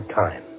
time